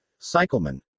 cycleman